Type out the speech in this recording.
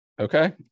Okay